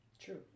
True